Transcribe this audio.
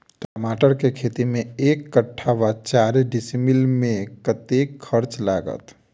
टमाटर केँ खेती मे एक कट्ठा वा चारि डीसमील मे कतेक खर्च लागत?